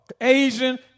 Asian